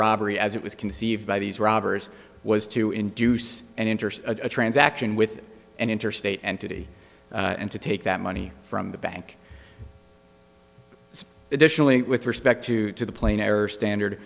robbery as it was conceived by these robbers was to induce an interest a transaction with an interstate entity and to take that money from the bank additionally with respect to the plain error standard